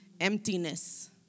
emptiness